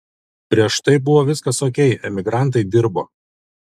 prieš tai buvo viskas okei emigrantai dirbo